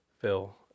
Phil